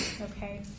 Okay